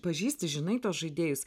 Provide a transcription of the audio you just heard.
pažįsti žinai tuos žaidėjus